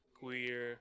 queer